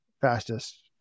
fastest